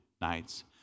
nights